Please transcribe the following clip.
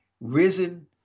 risen